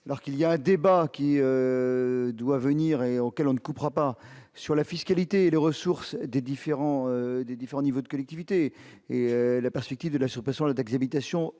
alors qu'il y a un débat qui doit venir et auxquels on ne coupera pas sur la fiscalité et les ressources des différents des différents niveaux de collectivités et la perspective de la soupe sur le texte habitations